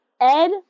Ed